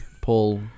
Paul